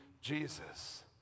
Jesus